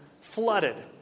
flooded